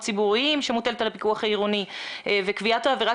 ציבוריים שמוטלת על הפיקוח העירוני וקביעת העבירה